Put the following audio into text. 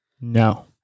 No